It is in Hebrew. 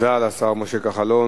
תודה לשר משה כחלון.